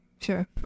sure